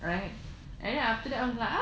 right and then after that I'm like